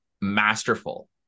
masterful